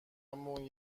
مون